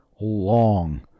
long